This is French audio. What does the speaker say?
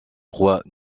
trois